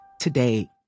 today